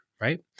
Right